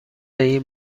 این